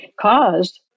caused